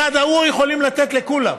בצד ההוא יכולים לתת לכולם.